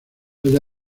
allá